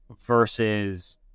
versus